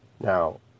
now